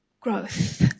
growth